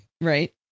Right